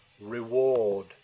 reward